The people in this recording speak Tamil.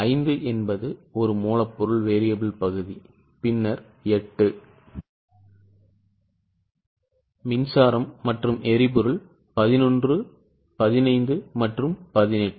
5 என்பது ஒரு மூலப்பொருள் variable பகுதி பின்னர் 8 மின்சாரம் மற்றும் எரிபொருள் 11 15 மற்றும் 18